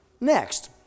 Next